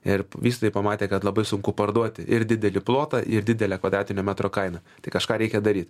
ir vystytojai pamatę kad labai sunku parduoti ir didelį plotą ir didelę kvadratinio metro kainą tai kažką reikia daryt